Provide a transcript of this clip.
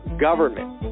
government